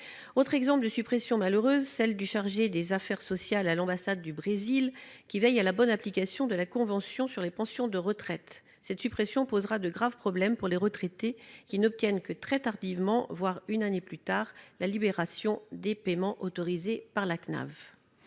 Autre exemple de suppression malheureuse : celle du poste de chargé des affaires sociales à l'ambassade du Brésil, dont le titulaire veille à la bonne application de la convention sur les pensions de retraite. Cette suppression posera de graves problèmes ; les retraités n'obtiennent en effet que très tardivement, voire avec une année de retard, la libération des paiements autorisés par la Caisse